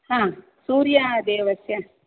सूर्यदेवस्य